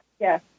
Yes